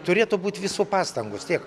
turėtų būt visų pastangos tiek